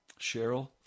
Cheryl